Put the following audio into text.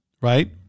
right